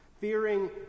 Fearing